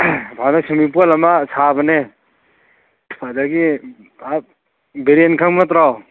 ꯁꯥꯕꯅꯦ ꯑꯗꯒꯤ ꯕꯤꯔꯦꯟ ꯈꯪꯕ ꯅꯠꯇ꯭ꯔꯣ